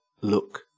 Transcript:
look